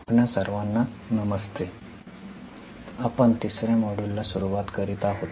आपणा सर्वांना नमस्ते आपण तिसर्या मॉड्यूलला सुरुवात करीत आहोत